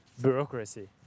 bureaucracy